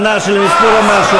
רגע, מה אישרנו כרגע?